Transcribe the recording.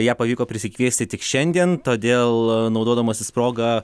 ją pavyko prisikviesti tik šiandien todėl naudodamasis proga